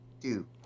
Two